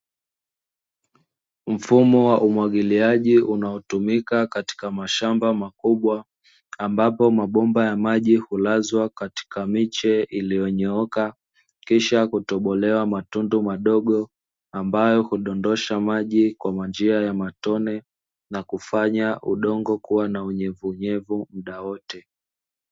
Mfumo wa umwagiliaji unaotumika katika mashamba makubwa, ambapo mabomba ya maji hulazwa katika miche iliyonyooka, kisha kutobolewa matundu madogo ambayo hudondosha maji kwa njia ya matone na kufanya udongo kuwa na unyevuunyevu muda wote.